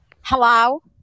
Hello